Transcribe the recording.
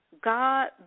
God